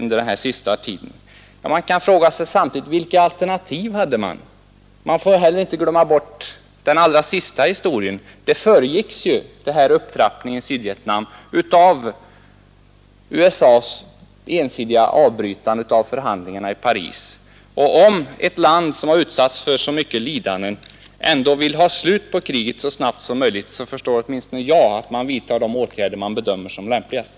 Vi kan samtidigt fråga: Vilka alternativ hade man? Man får heller inte glömma bort den allra senaste historien. Den sista upptrappningen i Sydvietnam föregicks ju av USA:s ensidiga avbrytande av förhandlingarna i Paris. Om ett land, vars band i Sydvietnam, befolkning har utsatts för så mycket lidanden, vars folk får betala priset Laos eller Cambodja för den angripande supermaktens oansvarighet, ändå vill ha slut på kriget så snabbt som möjligt förstår åtminstone jag att man vidtar de åtgärder som man bedömer som de lämpligaste.